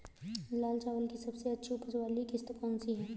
लाल चावल की सबसे अच्छी उपज वाली किश्त कौन सी है?